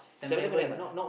Seven-Eleven have eh